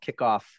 kickoff